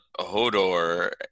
hodor